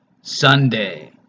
sunday